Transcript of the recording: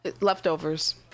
Leftovers